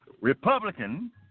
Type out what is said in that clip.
Republican